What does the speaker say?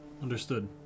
understood